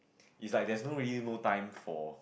it's like there's no really no time for